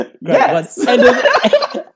Yes